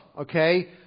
okay